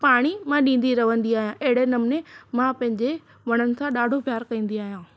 पाणी मां ॾींदी रहंदी आहियां अहिड़े नमूने मां पंहिंजे वणनि सां ॾाढो प्यारु कंदी आहियां